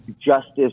justice